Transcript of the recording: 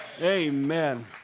Amen